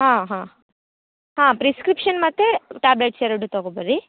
ಹಾಂ ಹಾಂ ಹಾಂ ಪ್ರಿಸ್ಕ್ರಿಪ್ಶನ್ ಮತ್ತು ಟ್ಯಾಬ್ಲೆಟ್ಸ್ ಎರಡು ತಗೋ ಬನ್ರಿ